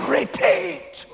repeat